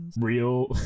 real